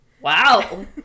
Wow